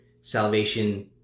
salvation